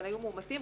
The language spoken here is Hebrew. אבל היו מאומתים,